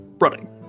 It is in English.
running